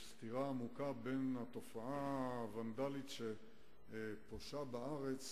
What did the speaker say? יש סתירה עמוקה בין התופעה הוונדלית שפושה בארץ